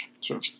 sure